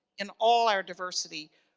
in all our diversity.